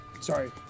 sorry